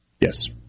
yes